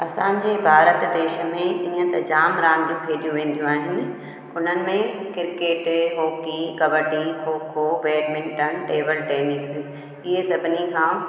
असांजे भारत देश में ईअं त जाम रांधियूं खेॾियूं वेंदियूं आहिनि हुननि में cricket hockey kabaddi kho kho badminton table tennis इहे सभिनी खां